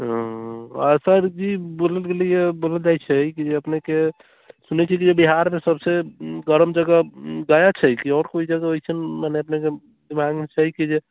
सरजी बोलल गेलिए बोलल जाइ छै कि जे अपनेके सुनै छलिए बिहारमे सबसँ गरम जगह गया छै कि आओर कोइ जगह अइसन मने अपनेके दिमागमे छै कि जे